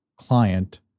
client